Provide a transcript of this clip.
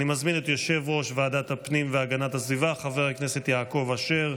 ותיכנס לספר החוקים.